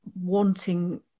wanting